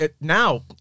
Now